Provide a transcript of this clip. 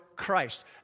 Christ